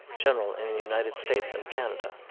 general in the united states and canada.